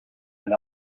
and